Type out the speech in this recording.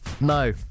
No